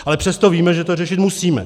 Ale přesto víme, že to řešit musíme.